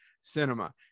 cinema